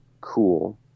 cool